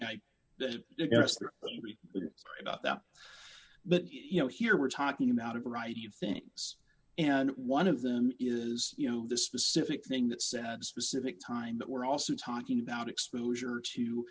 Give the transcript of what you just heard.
are about that but you know here we're talking about a variety of things and one of them is you know this specific thing that said specific time but we're also talking about exposure to